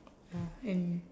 ya and